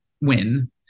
win